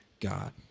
God